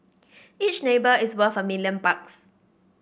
each neighbour is worth a million bucks